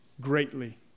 greatly